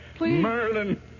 Merlin